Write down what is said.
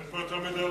דיון במליאה.